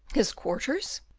his quarters?